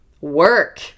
Work